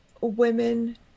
women